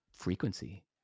frequency